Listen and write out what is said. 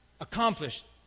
accomplished